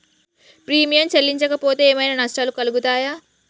Premium చెల్లించకపోతే ఏమైనా నష్టాలు కలుగుతయా?